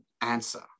answer